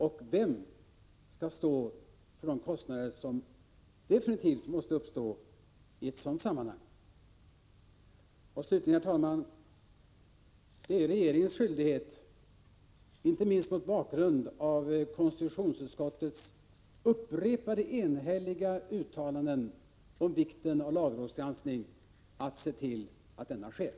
Vem skall i så fall stå för de kostnader som definitivt måste uppstå i ett sådant sammanhang? Slutligen, herr talman: Det är regeringens skyldighet, inte minst mot bakgrund av konstitutionsutskottets upprepade, enhälliga uttalanden om vikten av lagrådsgranskning, att se till att sådan sker.